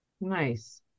Nice